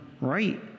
right